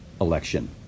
election